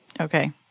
Okay